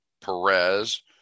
Perez